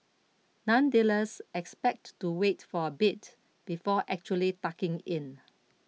nonetheless expect to wait for a bit before actually tucking in